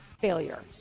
failure